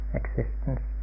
existence